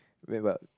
wait but